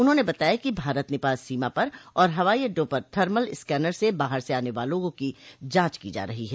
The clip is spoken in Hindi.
उन्होंने बताया कि भारत नेपाल सीमा पर और हवाई अड्डों पर थर्मल स्कैनर से बाहर से आने वालों की जांच की जा रही है